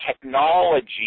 technology